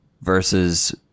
versus